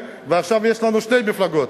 ועכשיו יש לנו שתי מפלגות,